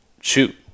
shoot